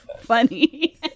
funny